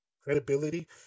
credibility